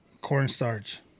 Cornstarch